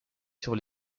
sur